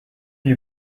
you